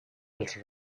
els